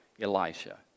Elisha